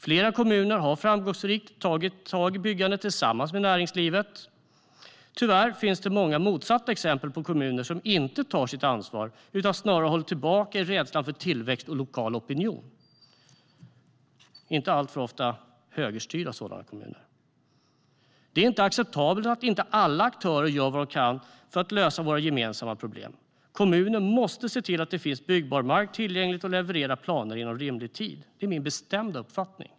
Flera kommuner har framgångsrikt tagit tag i byggandet tillsammans med näringslivet. Tyvärr finns det många motsatta exempel på kommuner som inte tar sitt ansvar, utan snarare håller tillbaka i rädsla för tillväxt och lokal opinion. Inte sällan är det högerstyrda kommuner. Det är inte acceptabelt att inte alla aktörer gör vad de kan för att lösa våra gemensamma problem. Kommunerna måste se till att det finns byggbar mark tillgänglig och leverera planer inom rimlig tid. Det är min bestämda uppfattning.